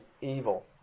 evil